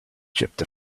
chipped